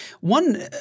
One